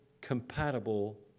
compatible